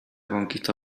conquista